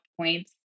points